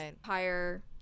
higher